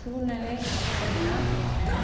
சூல்நில அப்படின்னா என்ன